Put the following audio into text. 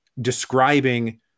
describing